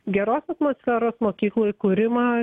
geros atmosferos mokykloj kūrimą